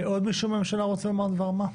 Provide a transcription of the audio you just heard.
עוד מישהו מהממשלה רוצה לומר דבר מה?